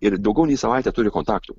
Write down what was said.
ir daugiau nei savaitę turi kontaktų